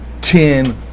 ten